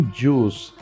juice